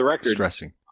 stressing